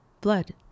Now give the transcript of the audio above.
blood